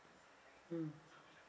mm